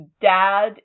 dad